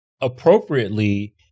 Appropriately